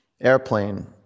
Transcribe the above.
Airplane